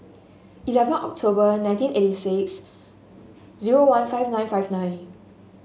eleven October nineteen eighty six zero one five nine five nine